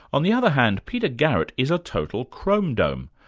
on the other hand, peter garrett is a total chrome dome.